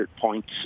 points